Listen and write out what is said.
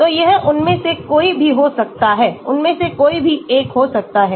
तो यह उनमें से कोई भी हो सकता है उनमें से कोई भी एक हो सकता है